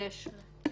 יש